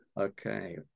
okay